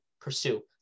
pursue